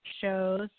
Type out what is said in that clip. shows